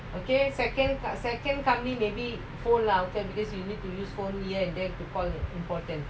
okay second second company baby fallout can because you need to use phone yet the coupon important